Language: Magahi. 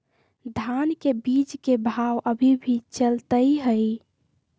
धान के बीज के भाव अभी की चलतई हई?